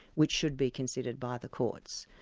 which should be considered by the courts.